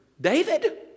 David